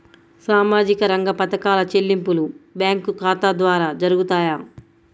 సామాజిక రంగ పథకాల చెల్లింపులు బ్యాంకు ఖాతా ద్వార జరుగుతాయా?